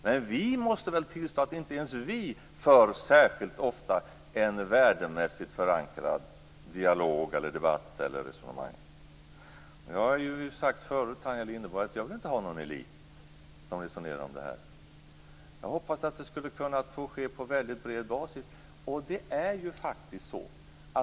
Men vi måste väl tillstå att inte ens vi särskilt ofta för en värdemässigt förankrad dialog, debatt eller resonemang. Jag har ju sagt förut, Tanja Linderborg, att jag inte vill ha någon elit som resonerar om det här. Jag hade hoppats att det skulle kunna ske på väldigt bred basis.